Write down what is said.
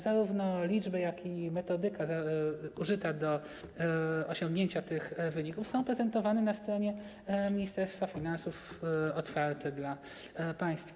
Zarówno liczby, jak i metodyka użyta do osiągnięcia tych wyników są prezentowane na stronie Ministerstwa Finansów i są otwarte dla państwa.